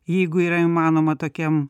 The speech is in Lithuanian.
jeigu yra įmanoma tokiam